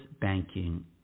banking